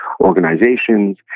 organizations